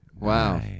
Wow